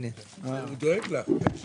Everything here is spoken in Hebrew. לאן הגעתם בדיונים?